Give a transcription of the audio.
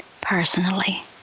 personally